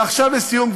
ועכשיו לסיום,